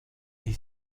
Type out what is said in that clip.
est